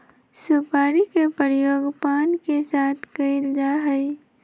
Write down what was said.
सुपारी के प्रयोग पान के साथ कइल जा हई